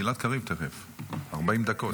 גלעד קריב תכף, 40 דקות.